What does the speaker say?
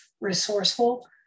resourceful